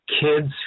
kids